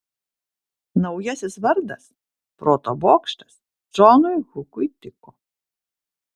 naujasis vardas proto bokštas džonui hukui tiko